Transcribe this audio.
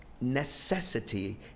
necessity